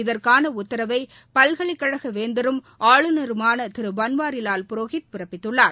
இதற்கான உத்தரவை பல்கலைக்கழக வேந்தரும் ஆளுநருமான திருபன்வாரிவால் புரோஹித் பிறப்பித்துள்ளார்